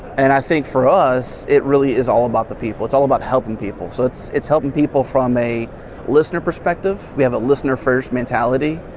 and i think for us it really is all about the people, it's all about helping people. so, it's it's helping people from a listener perspective. we have a listener first mentality.